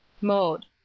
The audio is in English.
Mode